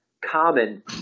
common